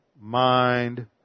mind